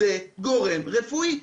זה גורם רפואי.